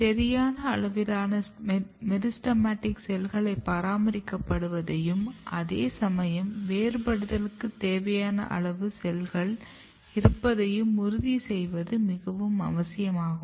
சரியான அளவிலான மெரிஸ்டெமடிக் செல்கள் பராமரிக்கப்படுவதையும் அதே சமயம் வேறுபடுத்தலுக்கு தேவையான அளவு செல்கள் இருப்பதையும் உறுதிசெய்வது மிகவும் அவசியமாகும்